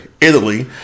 Italy